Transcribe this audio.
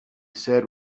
said